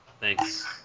Thanks